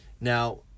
Now